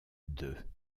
deux